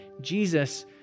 Jesus